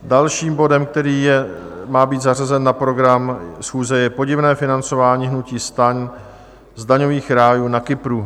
Dalším bodem, který má být zařazen na program schůze, je Podivné financování hnutí STAN z daňových rájů na Kypru.